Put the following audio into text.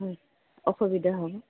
হয় অসুবিধা হ'ব